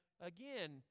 again